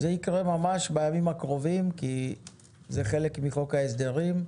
זה יקרה ממש בימים הקרובים כי זה חלק מחוק ההסדרים,